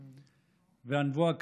והנבואה,